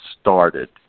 started